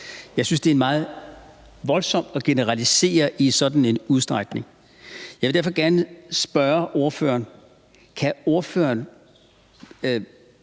Jeg synes, det er meget voldsomt at generalisere i sådan en udstrækning. Jeg vil derfor gerne spørge ordføreren: Kan ordføreren,